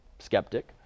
Skeptic